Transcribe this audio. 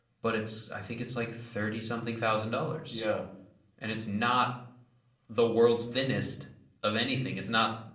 but it's. i think it's like thirty something thousand dollars! yeah and it's not the world's thinnest of anything. it's not,